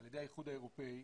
על ידי האיחוד האירופאי